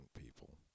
people